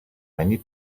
many